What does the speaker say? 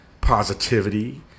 positivity